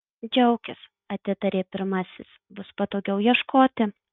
džiaukis atitarė pirmasis bus patogiau ieškoti